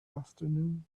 afternoon